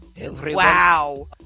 Wow